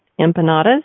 Empanadas